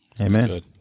Amen